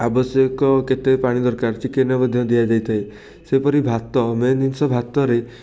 ଆବଶ୍ୟକ କେତେ ପାଣି ଦରକାର ଚିକେନ୍ରେ ମଧ୍ୟ ଦିଆଯାଇଥାଏ ସେହିପରି ଭାତ ମେନ୍ ଜିନିଷ ଭାତରେ